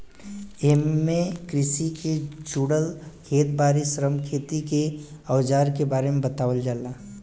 एमे कृषि के जुड़ल खेत बारी, श्रम, खेती के अवजार के बारे में बतावल जाला